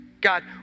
God